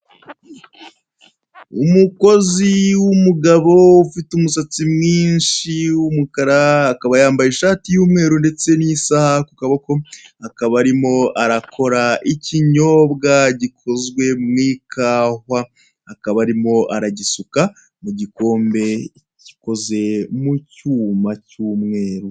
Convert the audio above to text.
umukozi w'umugabo ufite umusatsi mwinshi w'umukara akaba yambaye ishati y'umweru ndetse n'isaha kukaboko akaba arimo gukora ikinyobwa gikoze mu ikawa akaba arimo aragisuka mu gikombe gikoze mu cyuma cy'umweru